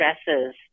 stresses